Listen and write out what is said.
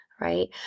right